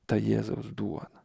ta jėzaus duona